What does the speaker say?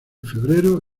febrero